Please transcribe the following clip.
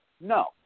No